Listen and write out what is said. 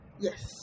yes